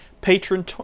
patron